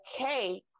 okay